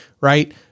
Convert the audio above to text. right